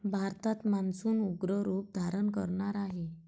भारतात मान्सून उग्र रूप धारण करणार आहे